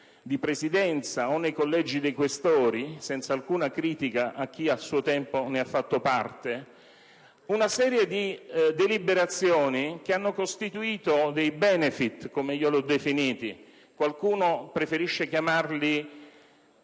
di Presidenza o nei Collegi dei Questori, senza alcuna critica a chi a suo tempo ne ha fatto parte, una serie di deliberazioni che hanno costituito dei *benefit*, come io li ho definiti. Qualcuno preferisce chiamarli